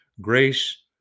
grace